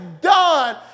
done